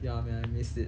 ya man I miss it